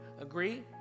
agree